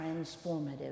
transformative